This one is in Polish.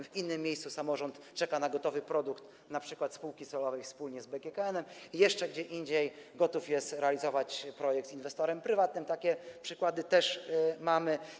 W innym miejscu samorząd czeka na gotowy produkt, np. spółki celowej wspólnie z BGKN-em, jeszcze gdzie indziej gotów jest realizować projekt z inwestorem prywatnym, bo takie przykłady też mamy.